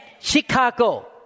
Chicago